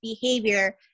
behavior